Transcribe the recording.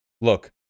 Look